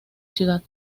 ciudad